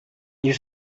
you